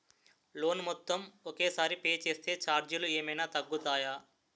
Loan మొత్తం ఒకే సారి పే చేస్తే ఛార్జీలు ఏమైనా తగ్గుతాయా?